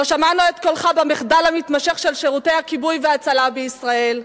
לא שמענו את קולך במחדל המתמשך של שירותי הכיבוי וההצלה בישראל,